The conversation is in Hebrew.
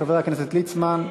חבר הכנסת ליצמן,